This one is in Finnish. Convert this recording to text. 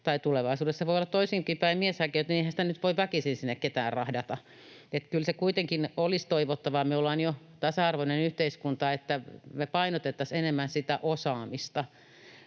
tai tulevaisuudessa voi olla toisinkin päin, mieshakijoita — niin eihän sitä nyt voi väkisin sinne ketään rahdata. Kyllä se kuitenkin olisi toivottavaa, kun me ollaan jo tasa-arvoinen yhteiskunta, että me painotettaisiin enemmän sitä osaamista.